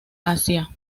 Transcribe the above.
asia